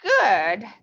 good